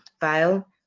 file